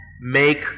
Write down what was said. make